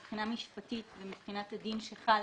מבחינה משפטית ומבחינת הדין שחל,